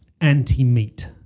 anti-meat